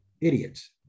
idiots